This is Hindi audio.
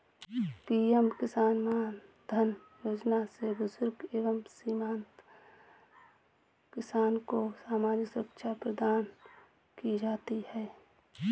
पीएम किसान मानधन योजना से बुजुर्ग एवं सीमांत किसान को सामाजिक सुरक्षा प्रदान की जाती है